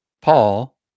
Paul